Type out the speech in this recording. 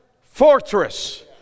fortress